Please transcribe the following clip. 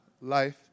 life